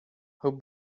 how